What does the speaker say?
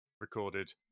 recorded